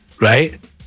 right